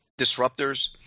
Disruptors